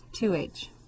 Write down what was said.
2h